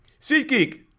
SeatGeek